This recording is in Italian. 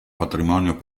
patrimonio